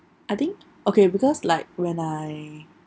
I think okay because like when I